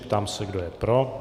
Ptám se, kdo je pro.